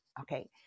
Okay